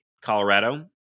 Colorado